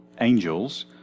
angels